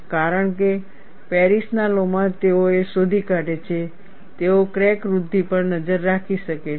કારણ કે પેરિસના લૉ માં તેઓ શોધી કાઢે છે તેઓ ક્રેક વૃદ્ધિ પર નજર રાખી શકે છે